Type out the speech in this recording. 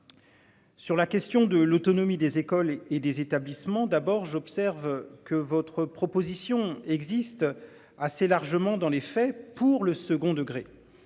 Sur la question de l'autonomie des écoles et des établissements d'abord j'observe que votre proposition existe assez largement dans les faits, pour le second degré.